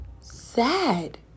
sad